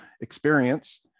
experience